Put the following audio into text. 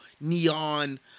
neon